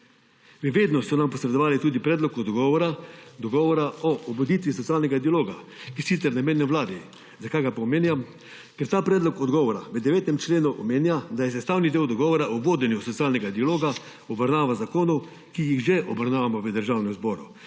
Vednost so nam posredovali tudi predlog dogovora o obuditvi socialnega dialoga, ki je sicer namenjen Vladi. Zakaj ga pa omenjam? Ker ta predlog dogovora v 9. členu omenja, da je sestavni del dogovora o vodenju socialnega dialoga obravnava zakonov, ki jih že obravnavamo v Državnem zboru